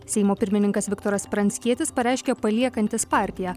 seimo pirmininkas viktoras pranckietis pareiškė paliekantis partiją